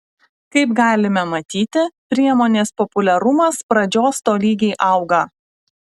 kaip galime matyti priemonės populiarumas pradžios tolygiai auga